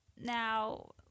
Now